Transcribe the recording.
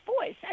voice